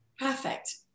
perfect